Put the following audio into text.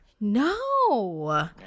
No